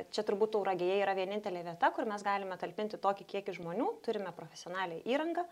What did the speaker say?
čia turbūt tauragėje yra vienintelė vieta kur mes galime talpinti tokį kiekį žmonių turime profesionalią įrangą